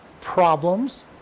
problems